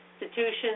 institutions